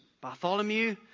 Bartholomew